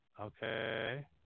Okay